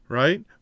right